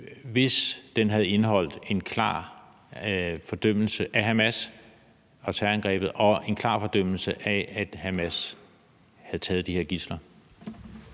hvis den havde indeholdt en klar fordømmelse af Hamas og terrorangrebet og en klar fordømmelse af, at Hamas havde taget de her gidsler.